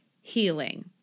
healing